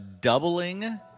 doubling